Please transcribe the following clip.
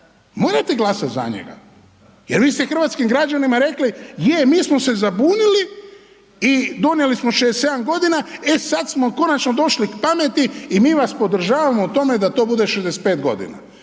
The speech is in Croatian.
morate glasat za njega jer vi ste hrvatskim građanima rekli, je mi smo se zabunili i donijeli smo 67 godina, e sada smo konačno došli k pameti i mi vas podržavamo u tome da to bude 65 godina.